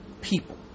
people